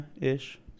ish